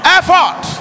effort